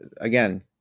again